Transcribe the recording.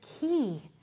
key